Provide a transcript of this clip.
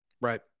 Right